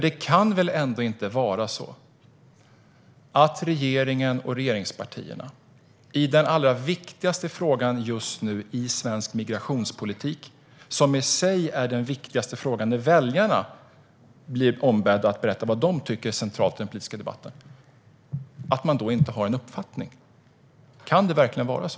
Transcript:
Det kan väl ändå inte vara så att regeringen och regeringspartierna inte har någon uppfattning i den allra viktigaste frågan just nu i svensk migrationspolitik, som i sig sägs vara den viktigaste frågan när väljarna blir ombedda att berätta vad de tycker är centralt i den politiska debatten. Kan det verkligen vara så?